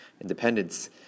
independence